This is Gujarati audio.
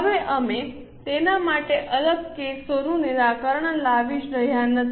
હવે અમે તેના માટે અલગ કેસોનું નિરાકરણ લાવી રહ્યા નથી